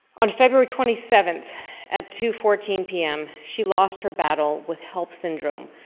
on february twenty seventh at two fourteen p m, she lost her battle with hellp syndrome,